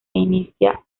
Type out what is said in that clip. inicia